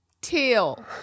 Teal